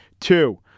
Two